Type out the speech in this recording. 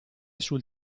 sul